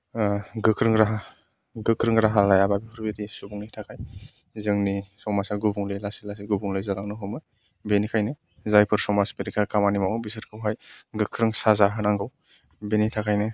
गोख्रों राहा गोख्रों राहा लायाबा बेफोरबायदि सुबुंनि थाखाय जोंनि समाजा गुबुंले लासै लासै गुबुंले जालांनो हमो बेनिखायनो जायफोर समाज बेरेखा खामानि मावो बिसोरखौहाय गोख्रों साजा होनांगौ बेनिथाखायनो